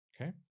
Okay